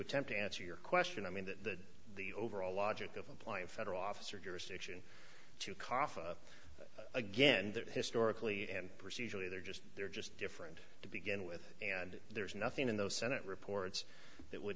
attempt to answer your question i mean that the overall logic of applying federal officer jurisdiction to cough again that historically and procedurally they're just they're just different to begin with and there is nothing in those senate reports that would